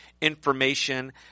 information